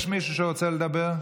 יש מישהו שרוצה לדבר?